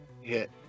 hit